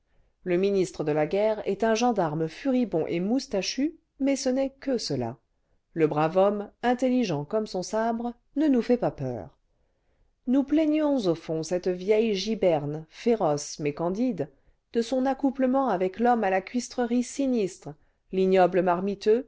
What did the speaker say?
le ministre de la guerre est un gendarme furibond et moustachu mais ce n'est que cela le brave homme intelligent comme son sabre ne nous fait pas peur nous plaignons au le vingtième siècle fond cette vieille giberne féroce mais candide de son accouplement avec l'homme à la cuistrerie sinistre l'ignoble